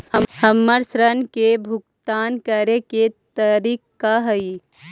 हमर ऋण के भुगतान करे के तारीख का हई?